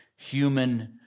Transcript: human